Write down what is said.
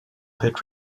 hit